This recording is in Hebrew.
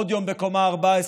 עוד יום בקומה 14,